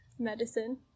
medicine